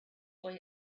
boy